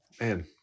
Man